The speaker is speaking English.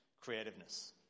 creativeness